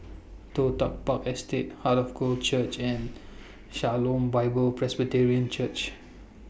Toh Tuck Park Estate Heart of God Church and Shalom Bible Presbyterian Church